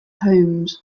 homes